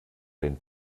den